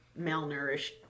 malnourished